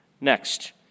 Next